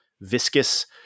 Viscous